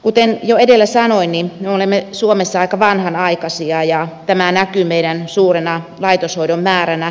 kuten jo edellä sanoin me olemme suomessa aika vanhanaikaisia ja tämä näkyy meidän suurena laitoshoidon määränä